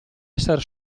essere